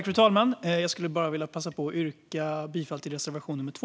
Fru talman! Jag skulle bara vilja passa på att yrka bifall till reservation nr 2.